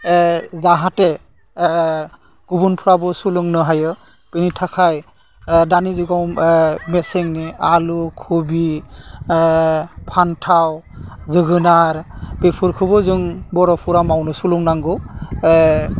जाहाथे गुबुनफ्राबो सोलोंनो हायो बिनि थाखाय दानि जुगाव मेसेंनि आलु खबि फान्थाव जोगोनार बेफोरखौबो जों बर'फोरा मावनो सोलोंनांगौ